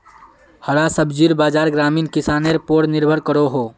हरा सब्जिर बाज़ार ग्रामीण किसनर पोर निर्भर करोह